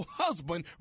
husband